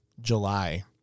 July